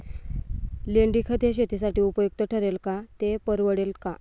लेंडीखत हे शेतीसाठी उपयुक्त ठरेल का, ते परवडेल का?